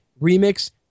remix